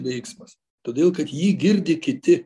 veiksmas todėl kad jį girdi kiti